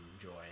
enjoy